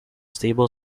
stable